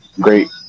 great